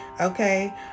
Okay